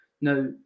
now